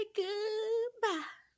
goodbye